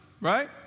right